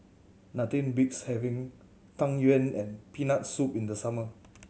nothing beats having Tang Yuen and Peanut Soup in the summer